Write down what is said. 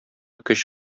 көч